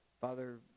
father